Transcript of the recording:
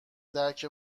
درک